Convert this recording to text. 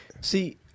see